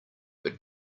but